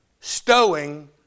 stowing